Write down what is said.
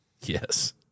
yes